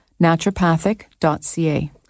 naturopathic.ca